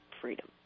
freedom